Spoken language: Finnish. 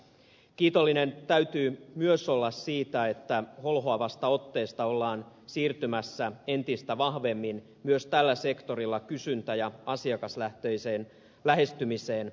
kiitollinen täytyy myös olla siitä että holhoavasta otteesta ollaan siirtymässä entistä vahvemmin myös tällä sektorilla kysyntä ja asiakaslähtöiseen lähestymiseen